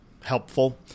helpful